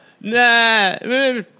Nah